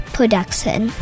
Production